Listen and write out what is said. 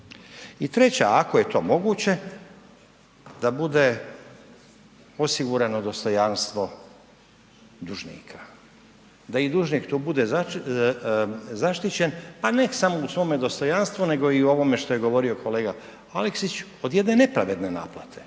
I treća ako je to moguće, da bude osigurano dostojanstvo dužnika, da i dužnik tu bude zaštićen, pa ne samo u svome dostojanstvu nego i u ovome što je govorio kolega Aleksić od jedne nepravedne naplate,